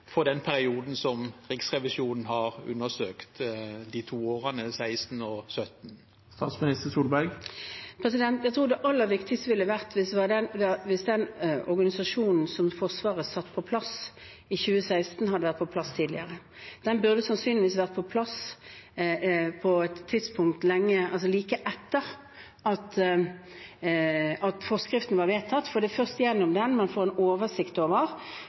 i den perioden som Riksrevisjonen har undersøkt, årene 2016 og 2017? Jeg tror det aller viktigste ville vært at den organisasjonen som Forsvaret fikk på plass i 2016, hadde vært på plass tidligere. Den burde sannsynligvis vært på plass like etter at forskriften var vedtatt, for det er først gjennom den man får en oversikt over